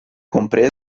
compreso